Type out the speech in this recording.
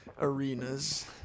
arenas